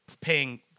paying